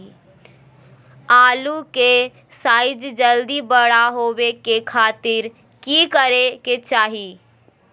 आलू के साइज जल्दी बड़ा होबे के खातिर की करे के चाही?